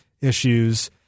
issues